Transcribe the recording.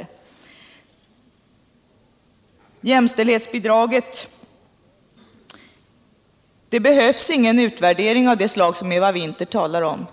För jämställdhetsbidraget behövs ingen utvärdering av det slag som Eva Winther talade om.